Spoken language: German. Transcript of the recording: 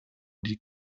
die